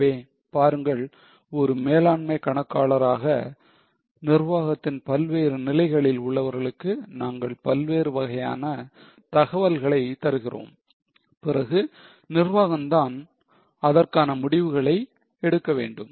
எனவே பாருங்கள் ஒரு மேலாண்மை கணக்காளராக நிர்வாகத்தின் பல்வேறு நிலைகளில் உள்ளவர்களுக்கு நாங்கள் பல்வேறு வகையான தகவல்களை தருகிறோம் பிறகு நிர்வாகம்தான் அதற்கான முடிவுகளை எடுக்க வேண்டும்